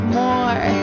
more